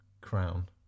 crown